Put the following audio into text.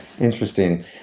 Interesting